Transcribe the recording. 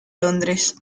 londres